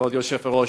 כבוד היושב-ראש.